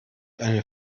eine